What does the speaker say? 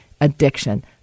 addiction